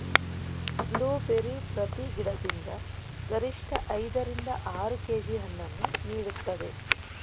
blueberry ಪ್ರತಿ ಗಿಡದಿಂದ ಗರಿಷ್ಠ ಐದ ರಿಂದ ಆರು ಕೆ.ಜಿ ಹಣ್ಣನ್ನು ನೀಡುತ್ತದೆ